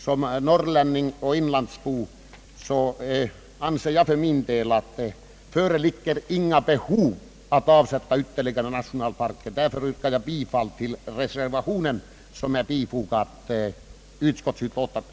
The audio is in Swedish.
Som norrlänning och inlandsbo anser jag att det inte föreligger något behov att avsätta ytterligare mark till nationalparker i den lappländska fjällvärlden. Därför yrkar jag, herr talman, bifall till den reservation som är fogad vid utskottsutlåtandet.